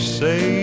say